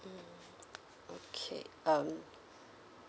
mm okay um